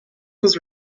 was